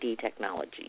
technology